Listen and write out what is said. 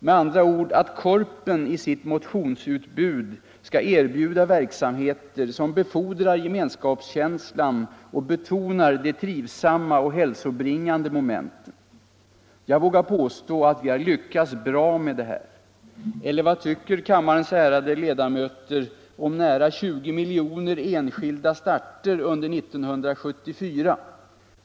Med andra ord att Korpen i sitt motionsutbud skall erbjuda verksamheter som befordrar gemenskapskänslan och betonar de trivsamma och hälsobringande momenten. Jag vågar påstå att vi har lyckats bra med detta. Eller vad tycker kammarens ärade ledamöter om nära 20 miljoner enskilda starter under 1974?